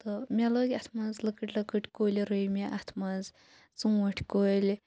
تہٕ مےٚ لٲگۍ اَتھ مَنٛز لۄکٕٹۍ لۄکٕٹۍ کُلۍ رُوۍ مےٚ اَتھ مَنٛز ژوٗنٹھۍ کُلۍ